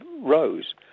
rose